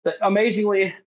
amazingly